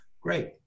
Great